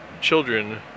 children